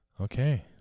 Okay